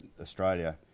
Australia